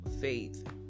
faith